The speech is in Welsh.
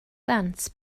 ddant